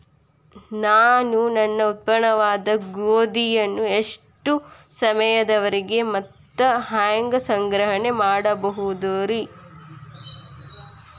ನಾನು ನನ್ನ ಉತ್ಪನ್ನವಾದ ಗೋಧಿಯನ್ನ ಎಷ್ಟು ಸಮಯದವರೆಗೆ ಮತ್ತ ಹ್ಯಾಂಗ ಸಂಗ್ರಹಣೆ ಮಾಡಬಹುದುರೇ?